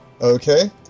Okay